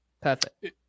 Perfect